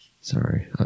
Sorry